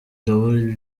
robo